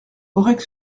aurec